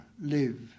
live